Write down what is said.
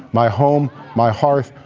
my home, my half,